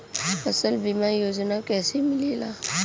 फसल बीमा योजना कैसे मिलेला?